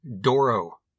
Doro